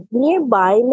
nearby